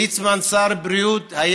וליצמן שר בריאות,